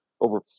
over